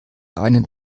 einen